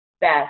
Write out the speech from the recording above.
best